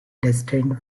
destined